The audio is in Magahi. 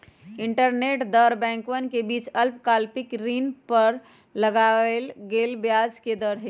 इंटरबैंक दर बैंकवन के बीच अल्पकालिक ऋण पर लगावल गेलय ब्याज के दर हई